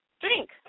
Drink